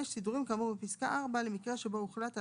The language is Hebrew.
(5)סידורים כאמור בפסקה (4) למקרה שבו הוחלט על